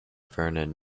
vernon